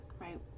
right